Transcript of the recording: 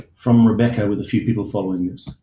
from rebecca with a few people following this.